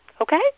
Okay